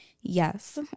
Yes